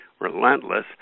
Relentless